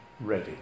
ready